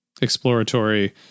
exploratory